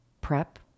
prep